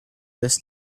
this